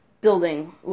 building